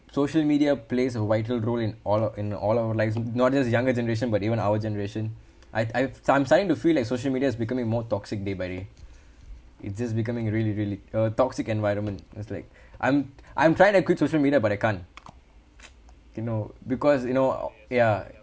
social media plays a vital role in all in all our lives not just younger generation but even our generation I I I'm starting to feel like social media is becoming more toxic day by day it just becoming really really uh toxic environment that's like I'm I'm trying to quit social media but I can't you know because you know ya